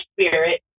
spirit